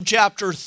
chapter